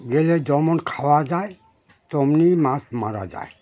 গেলে যেমন খাওয়া যায় তেমনিই মাছ মারা যায়